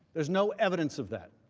there is no evidence of that.